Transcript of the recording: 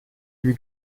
lui